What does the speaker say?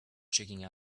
checking